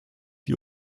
die